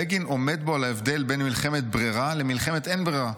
בגין עומד בו על ההבדל בין מלחמת ברירה למלחמת אין ברירה.